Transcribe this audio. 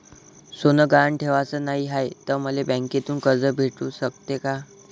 सोनं गहान ठेवाच नाही हाय, त मले बँकेतून कर्ज भेटू शकते का?